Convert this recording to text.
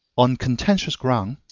on contentious ground,